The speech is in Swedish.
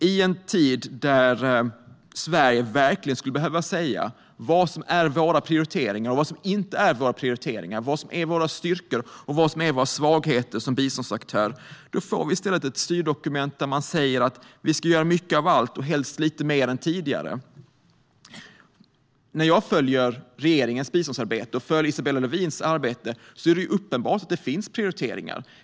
I en tid då Sverige verkligen skulle behöva säga vad som är våra prioriteringar och vad som inte är våra prioriteringar, vad som är våra styrkor och vad som är våra svagheter som biståndsaktör, får vi i stället ett styrdokument där man säger att vi ska göra mycket av allt och helst lite mer än tidigare. Jag följer regeringens biståndsarbete och Isabella Lövins arbete, och det är uppenbart att det finns prioriteringar.